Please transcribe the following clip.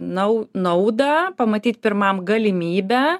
nau naudą pamatyt pirmam galimybę